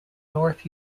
north